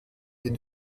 den